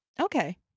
Okay